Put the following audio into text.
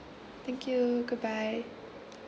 thank you goodbye